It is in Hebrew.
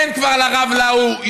אין כבר לרב לאו,